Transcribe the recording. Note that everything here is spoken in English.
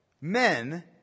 men